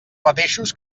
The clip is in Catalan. mateixos